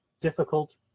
difficult